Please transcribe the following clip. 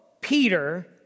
Peter